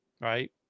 Right